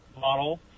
model